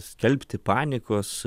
skelbti panikos